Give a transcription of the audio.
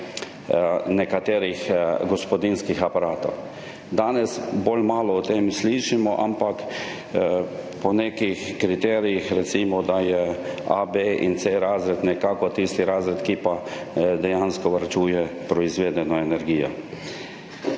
nekaterih gospodinjskih aparatov. Danes bolj malo slišimo o tem, ampak po nekih kriterijih recimo, da so A, B in C razred nekako tisti razredi, ki dejansko varčujejo proizvedeno energijo.